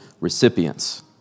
recipients